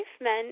men